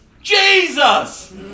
Jesus